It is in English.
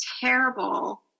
terrible